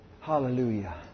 Hallelujah